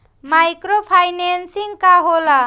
Micro financing का होला?